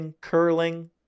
curling